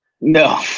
No